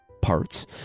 parts